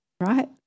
right